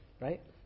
right